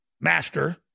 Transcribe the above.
master